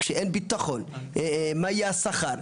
כשאין ביטחון מה יהיה השכר,